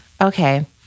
Okay